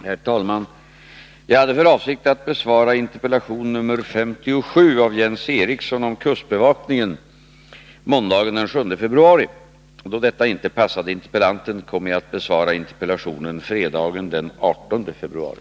Herr talman! Jag hade för avsikt att besvara interpellation nr 57 av Jens Eriksson om kustbevakningen måndagen den 7 februari. Då detta inte passade interpellanten kommer jag att besvara interpellationen fredagen den 18 februari.